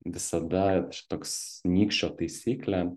visada čia toks nykščio taisyklė